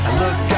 look